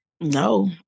no